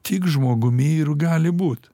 tik žmogumi ir gali būt